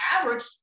Average